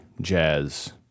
jazz